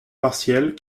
partielles